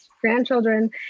grandchildren